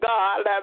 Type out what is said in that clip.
God